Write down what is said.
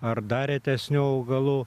ar dar retesnių augalų